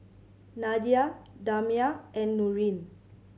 Nadia Damia and Nurin